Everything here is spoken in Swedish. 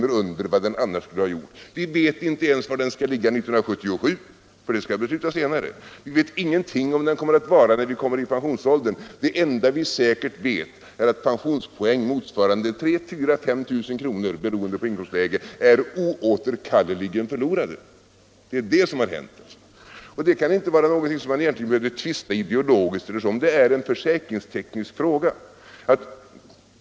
under vad den annars skulle ha varit. Vi vet inte ens var den skall ligga 1977, för det skall beslutas senare. Vi vet ingenting om vad den kommer att vara när vi kommer i pensionsåldern. Det enda vi säkert vet är att pensionspoäng motsvarande 3 000, 4 000 eller 5 000 kr., beroende på inkomstläget, är oåterkalleligt förlorade. Det är det som har hänt, och det kan inte vara någonting som man egentligen behövde tvista ideologiskt om. Det är en försäkringsteknisk fråga.